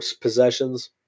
possessions